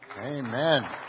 Amen